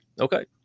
Okay